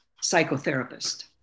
psychotherapist